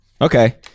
Okay